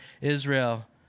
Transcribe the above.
Israel